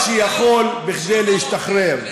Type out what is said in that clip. הוא ישתמש בכל מה שמגיע, מה שיכול, כדי להשתחרר,